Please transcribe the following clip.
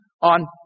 on